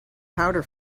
powder